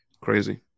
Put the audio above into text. Crazy